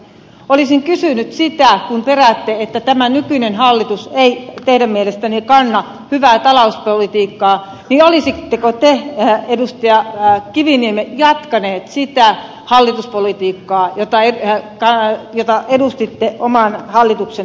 olisin kysynyt sitä kun peräätte että tämä nykyinen hallitus ei teidän mielestänne kanna hyvää talouspolitiikkaa olisitteko te edustaja kiviniemi jatkanut sitä hallituspolitiikkaa jota edustitte oman hallituksenne kannalta